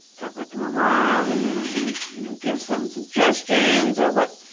talk back to my mom, and then she would, you know, give some suggestions or what.